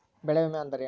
ಬೆಳೆ ವಿಮೆ ಅಂದರೇನು?